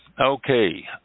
okay